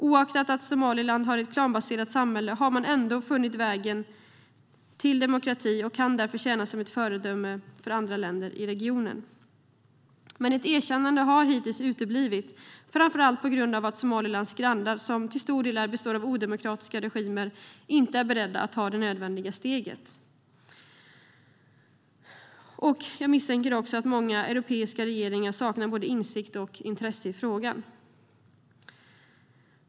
Oaktat att Somaliland är ett klanbaserat samhälle har man ändå funnit vägen till demokrati och kan därför tjäna som ett föredöme för andra länder i regionen. Men ett erkännande har hittills uteblivit, framför allt på grund av att Somalilands grannländer, som till stor del består av odemokratiska regimer, inte är beredda att ta det nödvändiga steget. Jag misstänker också att många europeiska regeringar saknar både insikt och intresse i frågan.